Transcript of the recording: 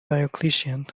diocletian